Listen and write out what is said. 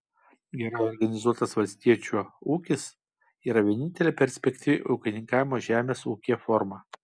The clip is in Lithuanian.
gerai organizuotas valstiečio ūkis yra vienintelė perspektyvi ūkininkavimo žemės ūkyje forma